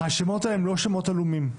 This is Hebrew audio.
השמות האלה הם לא שמות עלומים,